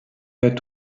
her